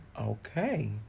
Okay